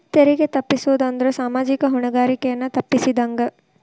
ತೆರಿಗೆ ತಪ್ಪಸೊದ್ ಅಂದ್ರ ಸಾಮಾಜಿಕ ಹೊಣೆಗಾರಿಕೆಯನ್ನ ತಪ್ಪಸಿದಂಗ